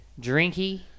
Drinky